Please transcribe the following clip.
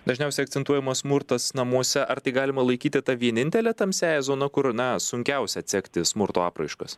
dažniausiai akcentuojamas smurtas namuose ar tai galima laikyti ta vienintele tamsiąja zona kur na sunkiausia atsekti smurto apraiškas